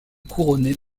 couronnés